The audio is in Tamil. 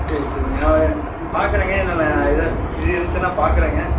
சரி சரிங்க நான் எதாவது பார்க்குறேங்க நான் எதாவது இது இருந்துச்சுன்னா பார்க்குறேங்க